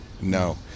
No